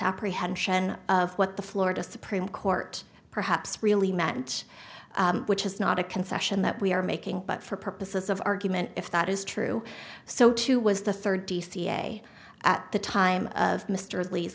misapprehension of what the florida supreme court perhaps really meant which is not a concession that we are making but for purposes of argument if that is true so too was the third dca at the time of mr at least